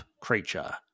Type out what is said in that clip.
creature